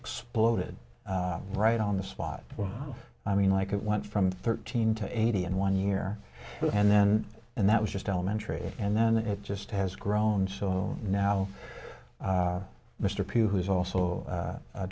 exploded right on the spot i mean like it went from thirteen to eighty and one year and then and that was just elementary and then it just has grown so now mr pugh who is also